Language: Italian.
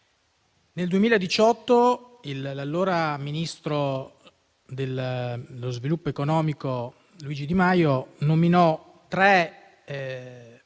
Nel 2018, l'allora ministro dello sviluppo economico Luigi Di Maio nominò tre